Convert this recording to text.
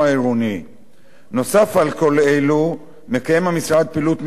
נוסף על כל אלו המשרד מקיים פעילות מניעה והסברה